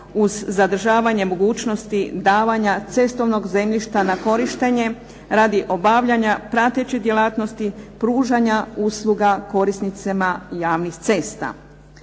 uz zadržavanje mogućnosti davanja cestovnog zemljišta na korištenje radi obavljanja prateće djelatnosti pružanja usluga korisnicima javnih cesta.